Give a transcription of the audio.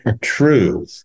True